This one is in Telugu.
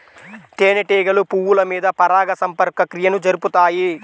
తేనెటీగలు పువ్వుల మీద పరాగ సంపర్క క్రియను జరుపుతాయి